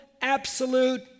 absolute